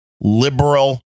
liberal